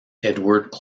edward